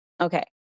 Okay